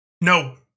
No